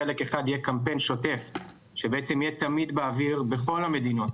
חלק אחד יהיה קמפיין שוטף שבעצם יהיה תמיד באוויר בכל המדינות